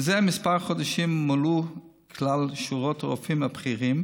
מזה כמה חודשים מולאו כלל שורות הרופאים הבכירים,